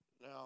Now